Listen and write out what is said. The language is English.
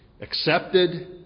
accepted